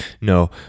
No